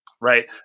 Right